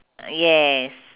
yes